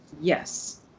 Yes